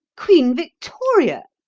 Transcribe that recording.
queen victoria!